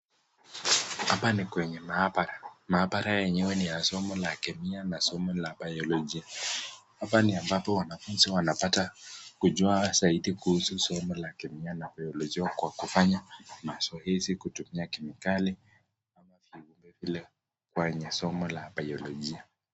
Hapo ni kwenye mahabara. Mahabara enyewe ni ya somo la chemia na somo la biologia. Hapa ni ambapo wanafunzi wanapata kujua zaidi kuhusu somo la chemia na biologia kwa kufanya mazoezi kutumia chemikali kwenye somo la biologia.